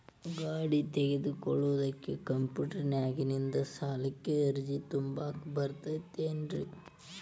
ಗಾಡಿ ತೊಗೋಳಿಕ್ಕೆ ಕಂಪ್ಯೂಟೆರ್ನ್ಯಾಗಿಂದ ಸಾಲಕ್ಕ್ ಅರ್ಜಿ ತುಂಬಾಕ ಬರತೈತೇನ್ರೇ?